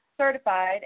certified